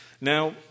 Now